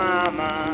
Mama